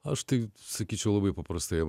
aš tai sakyčiau labai paprastai